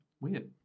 Weird